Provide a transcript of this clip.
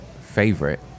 Favorite